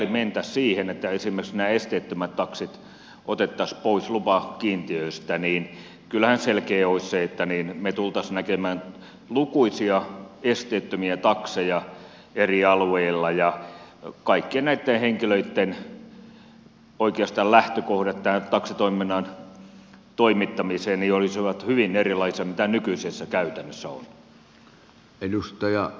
mikäli mentäisiin siihen että esimerkiksi nämä esteettömät taksit otettaisiin pois lupakiintiöistä niin kyllähän selkeää olisi se että me tulisimme näkemään lukuisia esteettömiä takseja eri alueilla ja oikeastaan kaikkien näitten henkilöitten lähtökohdat tämän taksitoiminnan toimittamiseen olisivat hyvin erilaisia kuin mitä nykyisessä käytännössä on